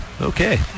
Okay